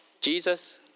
Jesus